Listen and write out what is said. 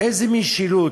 איזו משילות?